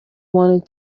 wanted